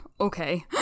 Okay